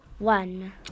One